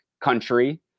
country